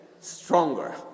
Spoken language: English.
stronger